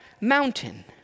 mountain